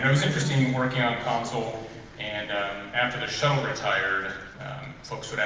um it's interesting working on console and after the shuttle retired folks would